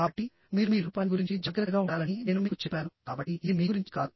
కాబట్టిమీరు మీ రూపాన్ని గురించి జాగ్రత్తగా ఉండాలని నేను మీకు చెప్పాను కాబట్టి ఇది మీ గురించి కాదు